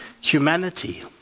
Humanity